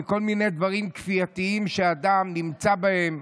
מכל מיני דברים כפייתיים שאדם נמצא בהם,